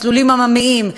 מסלולים עממיים,